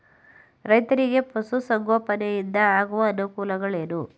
ರೈತರಿಗೆ ಪಶು ಸಂಗೋಪನೆಯಿಂದ ಆಗುವ ಅನುಕೂಲಗಳೇನು?